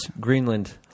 Greenland